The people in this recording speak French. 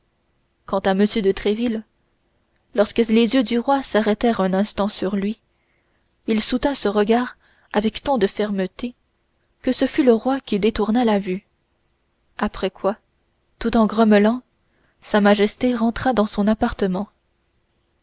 quant à m de tréville lorsque les yeux du roi s'arrêtèrent un instant sur lui il soutint ce regard avec tant de fermeté que ce fut le roi qui détourna la vue après quoi tout en grommelant sa majesté rentra dans son appartement